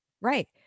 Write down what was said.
right